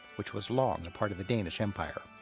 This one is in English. which was long a part of the danish empire.